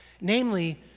Namely